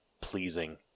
pleasing